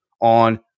on